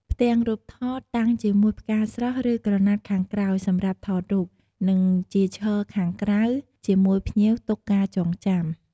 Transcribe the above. ផ្ទាំងរូបថត តាំងជាមួយផ្កាស្រស់ឬក្រណាត់ខាងក្រោយ សម្រាប់ថតរូប និងជាឈរខាងក្រៅជាមួយភ្ញៀវទុកការចងចាំ។